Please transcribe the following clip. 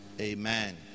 Amen